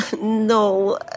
No